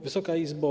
Wysoka Izbo!